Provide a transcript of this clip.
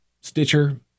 Stitcher